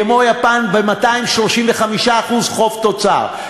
כמו יפן ב-235% חוב תוצר,